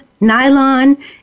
Nylon